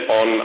on